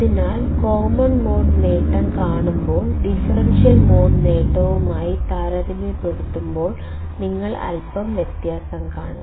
അതിനാൽ common mode നേട്ടം കാണുമ്പോൾ ഡിഫറൻഷ്യൽ മോഡ് നേട്ടവുമായി താരതമ്യപ്പെടുത്തുമ്പോൾ നിങ്ങൾ അൽപ്പം വ്യത്യാസം കാണും